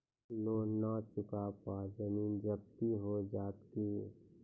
Loan न चुका पर जमीन जब्ती हो जैत की?